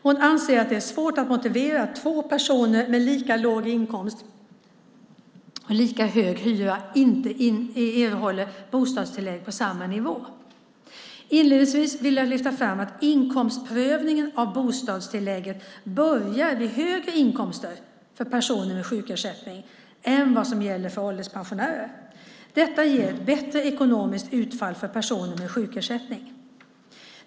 Hon anser att det är svårt att motivera att två personer med lika låg inkomst och lika hög hyra inte erhåller bostadstillägg på samma nivå. Inledningsvis vill jag lyfta fram att inkomstprövningen av bostadstillägget börjar vid högre inkomster för personer med sjukersättning än vad som gäller för ålderspensionärer. Detta ger ett bättre ekonomiskt utfall för personer med sjukersättning.